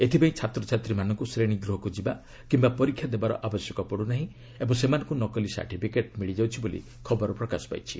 ଏଥିପାଇଁ ଛାତ୍ରଛାତ୍ରୀମାନଙ୍କୁ ଶ୍ରେଣୀଗୃହକୁ ଯିବା କିମ୍ବା ପରୀକ୍ଷା ଦେବାର ଆବଶ୍ୟକ ପଡ଼ୁ ନାହିଁ ଓ ସେମାନଙ୍କୁ ନକଲି ସାର୍ଟିଫିକେଟ୍ ମିଳିଯାଉଛି ବୋଲି ଖବର ପ୍ରକାଶ ପାଇଛି